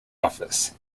office